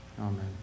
Amen